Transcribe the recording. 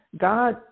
God